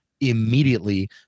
immediately